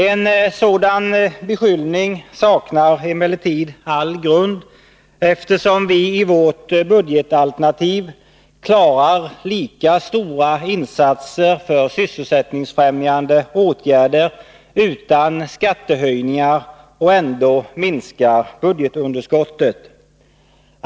En sådan beskyllning saknar emellertid all grund, eftersom vi i vårt budgetalternativ klarar lika stora insatser för sysselsättningsfrämjande åtgärder utan skattehöjningar — ändå minskar budgetunderskottet.